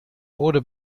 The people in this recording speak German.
wurde